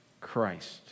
Christ